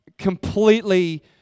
completely